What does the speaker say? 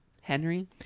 Henry